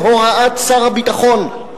בהוראת שר הביטחון.